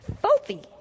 filthy